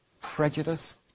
prejudice